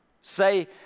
say